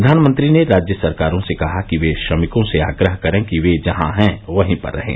प्रधानमंत्री ने राज्य सरकारों से कहा कि वे श्रमिकों से आग्रह करें कि वे जहां है वही पर रहें